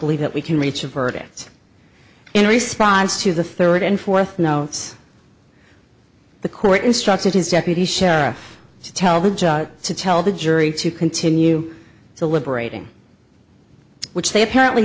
believe that we can reach a verdict in response to the third and fourth notes the court instructed his deputy sheriff to tell the judge to tell the jury to continue so liberating which they apparently